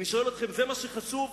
אני שואל אתכם: זה מה שחשוב?